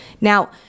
Now